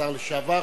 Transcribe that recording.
השר לשעבר.